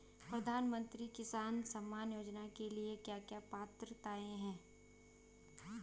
प्रधानमंत्री किसान सम्मान योजना के लिए क्या क्या पात्रताऐं हैं?